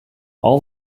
all